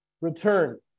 return